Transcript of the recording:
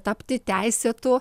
tapti teisėtu